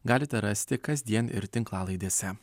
galite rasti kasdien ir tinklalaidėse